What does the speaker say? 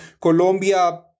Colombia